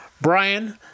Brian